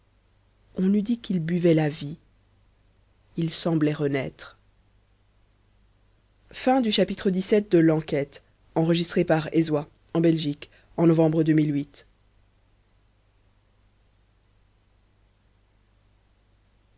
on eût dit qu'il buvait la vie il semblait renaître